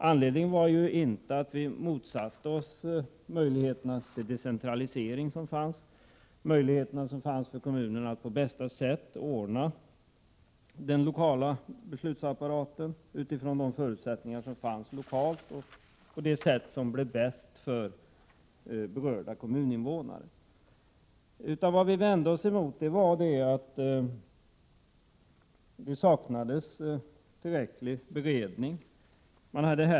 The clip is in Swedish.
Anledningen var inte att vi motsatte oss de möjligheter till decentralisering som fanns och möjligheterna för kommunerna att på bästa sätt ordna den lokala beslutsapparaten utifrån de förutsättningar som fanns lokalt och på det sätt som blev bäst för berörda kommuninvånare. Vad vi i centern vände oss emot var att det saknades tillräcklig beredning.